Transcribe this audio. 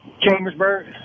Chambersburg